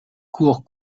cours